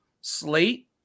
slate